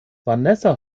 vanessa